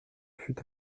fût